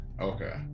okay